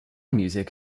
music